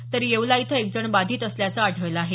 तर येवला इथं एक जण बाधित असल्याचं आढळल आहे